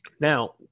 Now